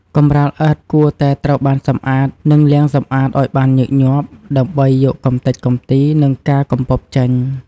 កម្រាលឥដ្ឋគួរតែត្រូវបានសម្អាត និងលាងសម្អាតឱ្យបានញឹកញាប់ ដើម្បីយកកំទេចកំទី និងការកំពប់ចេញ។